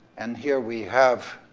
and here we have